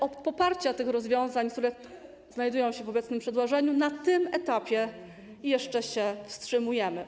Od poparcia rozwiązań, które znajdują się w obecnym przedłożeniu, na tym etapie jeszcze się wstrzymujemy.